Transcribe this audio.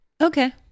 Okay